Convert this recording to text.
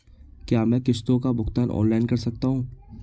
क्या मैं किश्तों का भुगतान ऑनलाइन कर सकता हूँ?